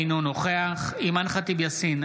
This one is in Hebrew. אינו נוכח אימאן ח'טיב יאסין,